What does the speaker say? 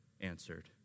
answered